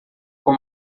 com